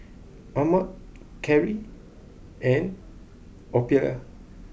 Ahmed Callie and Ophelia